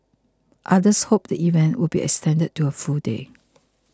others hoped the event would be extended to a full day